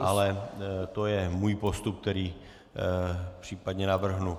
Ale to je můj postup, který případně navrhnu.